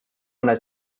wanna